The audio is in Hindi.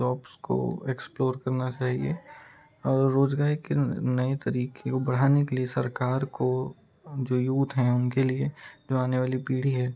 जॉब्स को एक्सप्लोर करना चाहिए रोजगार के नए तरीके को बढ़ाने के लिए सरकार को जो यूथ हैं उनके लिए जो आने वाली पीढ़ी है